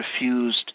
refused